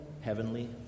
Heavenly